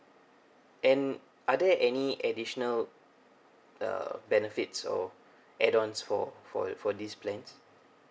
and are there any additional uh benefits or add ons for for for this plan